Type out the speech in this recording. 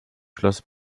schloss